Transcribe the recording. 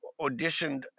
auditioned